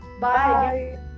bye